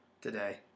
today